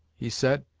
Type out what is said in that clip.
he said,